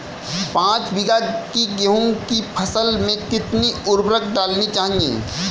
पाँच बीघा की गेहूँ की फसल में कितनी उर्वरक डालनी चाहिए?